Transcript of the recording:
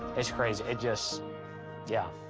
it's crazy. it just yeah.